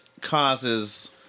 causes